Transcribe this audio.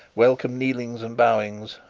welcome kneelings and bowings,